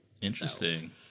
Interesting